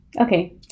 okay